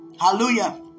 Hallelujah